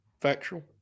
factual